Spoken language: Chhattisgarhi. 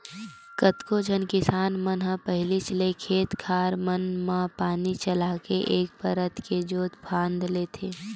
कतको झन किसान मन ह पहिलीच ले खेत खार मन म पानी चलाके एक परत के जोंत फांद लेथे